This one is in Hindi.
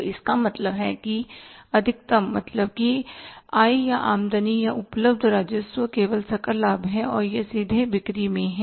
तो इसका मतलब है कि अधिकतम मतलब कि आय या आमदनी या उपलब्ध राजस्व केवल सकल लाभ है और यह सीधे बिक्री से है